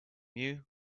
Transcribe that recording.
new